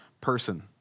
person